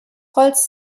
holz